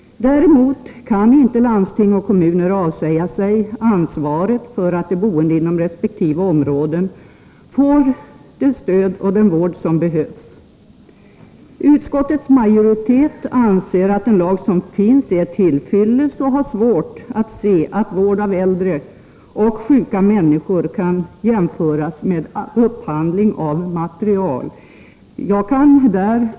Däremot kan landsting och kommuner inte avsäga sig ansvaret för att de boende inom resp. områden får det stöd och den vård som behövs. Utskottets majoritet anser att den lag som finns är till fyllest och har svårt att se att vård av äldre och sjuka människor kan jämföras med upphandling av materiel.